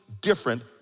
different